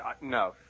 No